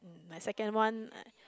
my second one